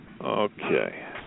Okay